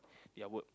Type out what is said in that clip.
their work